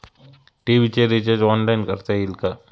TV चे recharge online करता येईल का?